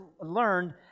learned